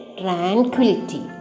tranquility